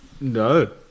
No